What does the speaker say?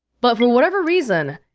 but for whatever reason,